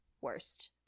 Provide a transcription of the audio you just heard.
worst